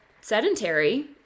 sedentary